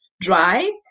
dry